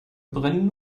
brennen